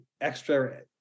extra